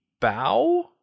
bow